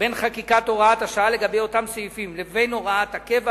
בין חקיקת הוראת השעה לגבי אותם סעיפים לבין הוראת הקבע,